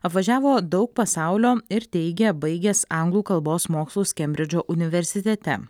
apvažiavo daug pasaulio ir teigia baigęs anglų kalbos mokslus kembridžo universitete